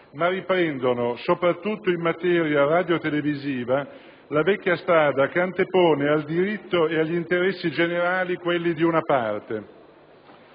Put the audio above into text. ma riprendono, soprattutto in materia radiotelevisiva, la vecchia strada che antepone al diritto e agli interessi generali quelli di una parte.